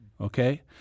okay